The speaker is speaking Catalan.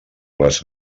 les